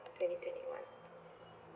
twenty twenty one